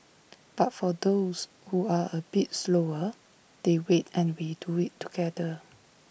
but for those who are A bit slower they wait and we do IT together